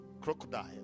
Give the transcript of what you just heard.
crocodile